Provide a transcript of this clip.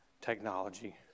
Technology